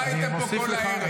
אתם לא הייתם פה כל הערב.